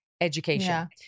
education